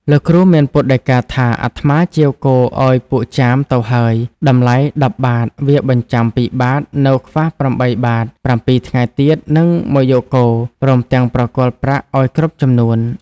លោកគ្រូមានពុទ្ធដីកាថា "អាត្មាជាវគោឲ្យពួកចាមទៅហើយ តម្លៃ ១០ បាទ វាបញ្ចាំ ២ បាទ នៅខ្វះ ៨ បាទ ៧ ថ្ងៃទៀតនឹងមកយកគោ ព្រមទាំងប្រគល់ប្រាក់ឲ្យគ្រប់ចំនួន"។